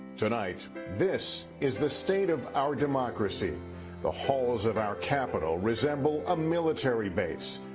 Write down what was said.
tonight this is the state of our democracy the halls of our capitol resemble a military base.